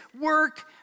work